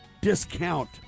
discount